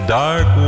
dark